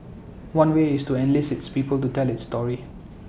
one way is to enlist its people to tell its story